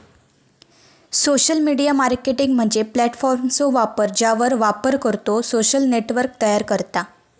social media marketing म्हणजे प्लॅटफॉर्मचो वापर ज्यावर वापरकर्तो सोशल नेटवर्क तयार करता